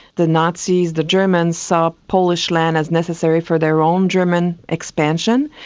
the nazis, the germans saw polish land as necessary for their own german expansion,